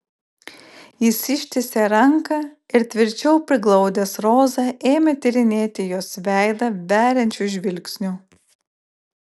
jis ištiesė ranką ir tvirčiau priglaudęs rozą ėmė tyrinėti jos veidą veriančiu žvilgsniu